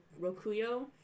Rokuyo